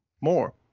more